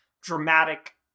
dramatic